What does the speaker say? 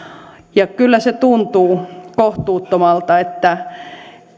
ja kyllä se tuntuu kohtuuttomalta että